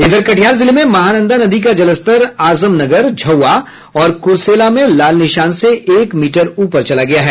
इधर कटिहार जिले में महानंदा नदी का जलस्तर आजमनगर झौवा और कुर्सेला में लाल निशान से एक मीटर ऊपर चला गया है